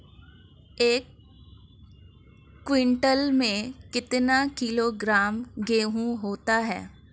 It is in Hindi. एक क्विंटल में कितना किलोग्राम गेहूँ होता है?